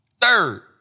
Third